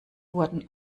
wurden